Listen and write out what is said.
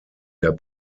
der